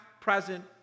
present